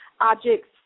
objects